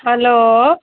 hello